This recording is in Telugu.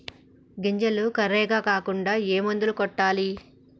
గింజలు కర్రెగ కాకుండా ఏ మందును కొట్టాలి?